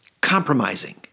compromising